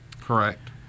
correct